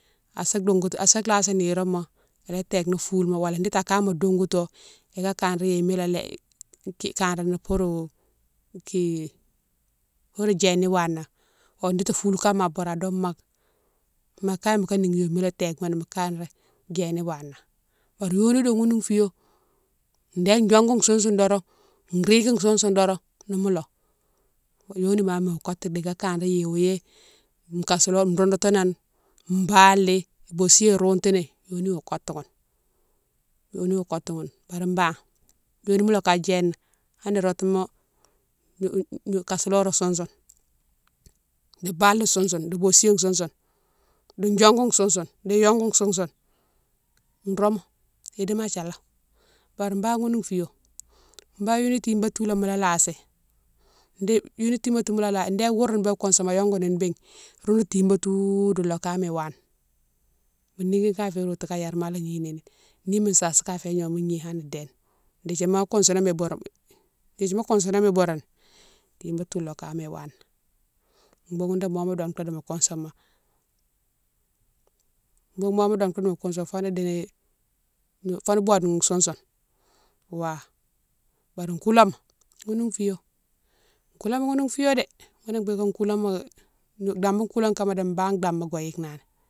Asa dongoutou, asa lasi niroma ila téke ni foulima wala diti akama dongouto ika kanré yéma a lé, kanrani pourou ki pourou djéni wana o diti foule kama aboure ado ma, ma kagne moka nigui yoma ila téke moni mo kanré djéni wana bari yoni doun ghounou fiyo déne diongou sousoune doron, rike sousoune doron nimo lo, yoni mama iwa ktou dika kanré yéwo yé, kasiloré roundoutoou nane, bali, basiyé iroutouni, ghounou wo kotou ghoune, ghounou wo kotou ghoune bari ba yoni mo lo ka djéna hanni routouma kasiloré sousoune di bali sousoune di basiyé sousoune di diongou sousoune, di yongou sousoune roumou, idimo athia lo, bari bane ghounou fiyo, bane ghounou tibate tou lé mola lasi dé ghounou tibate tou lé mola lasi, dé wourou bé kousouma yongouni ni béne, ghounou tibate toudou lo kama mo wana mo nigui kama fiyé rotou yerma kama ala gnini ni, ni mo sasi kama fé gnome gni hanni déne dékdi mo kousouno ma ibouroume, dékdi kousounoma ibouroune tibate tou loka mé wana boughoune doun momo dongtou dimo kousouma, boughoune momo dongtou dimo kousouma foni di nini, foni bode ni di sousoune wa, bari koulama ghounou fiyo, koulama ghounou fiyo dé, ghounné bigué koulama dambou koula kama di bane dama iwa yike nani.